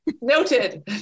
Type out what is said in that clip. noted